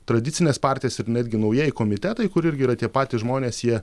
tradicines partijas ir netgi naujieji komitetai kur irgi yra tie patys žmonės jie